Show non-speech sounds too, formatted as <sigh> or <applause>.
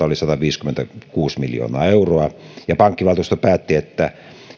<unintelligible> oli sataviisikymmentäkuusi miljoonaa euroa ja että pankkivaltuusto päätti että